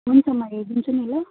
हुन्छ म हेरिदिन्छु नि ल